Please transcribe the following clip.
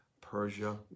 Persia